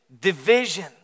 division